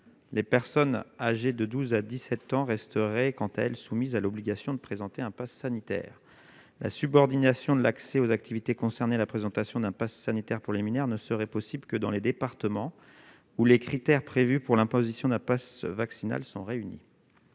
Les personnes âgées de 12 à 17 ans resteraient quant à elle soumises à l'obligation de présenter un passe sanitaire. La subordination de l'accès aux activités concernées à la présentation d'un passe sanitaire pour les mineurs ne serait possible que dans les départements où les critères prévus pour l'imposition d'un passe vaccinal sont réunis.